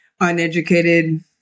Uneducated